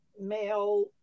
male